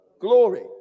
glory